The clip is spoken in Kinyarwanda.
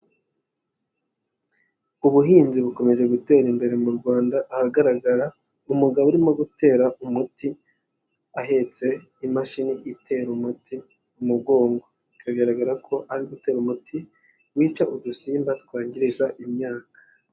Ubuhinzi bukomeje gutera imbere mu Rwanda, ahagaragara umugabo urimo gutera umuti ahetse imashini itera umuti umugongo, bikagaragara ko ari gutera umuti wica udusimba twangiriza imyaka.